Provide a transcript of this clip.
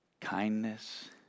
kindness